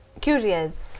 curious